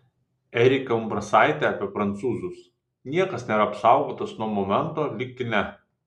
erika umbrasaitė apie prancūzus niekas nėra apsaugotas nuo momento lyg kine